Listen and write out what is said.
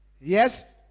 Yes